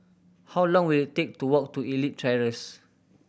how long will it take to walk to Elite Terrace